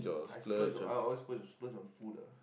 I splurge I always splurge splurge on food ah